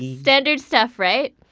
standard stuff, right?